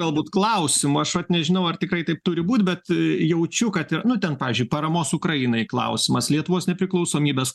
galbūt klausimą aš vat nežinau ar tikrai taip turi būt bet jaučiu kad nu ten pavyzdžiui paramos ukrainai klausimas lietuvos nepriklausomybės